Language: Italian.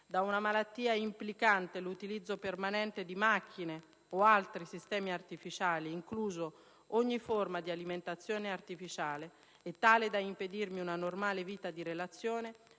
da una malattia implicante l'utilizzo permanente di macchine o altri sistemi artificiali, inclusa ogni forma di alimentazione artificiale, e tale da impedirmi una normale vita di relazione,